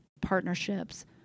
partnerships